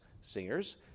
singers